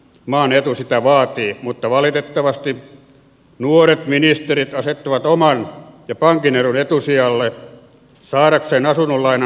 maan etu sitä vaatii mutta valitettavasti nuoret ministerit asettavat oman ja pankin edun etusijalle saadakseen asuntolainansa maksuun